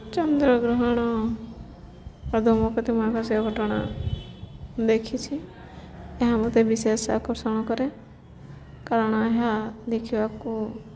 ଚନ୍ଦ୍ରଗ୍ରହଣ ଧୂମକେତୁ ଭଳି ମହାକାଶୀୟ ମହାକାଶ ଘଟଣା ଦେଖିଛି ଏହା ମୋତେ ବିଶେଷ ଆକର୍ଷଣ କରେ କାରଣ ଏହା ଦେଖିବାକୁ